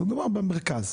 נניח במרכז,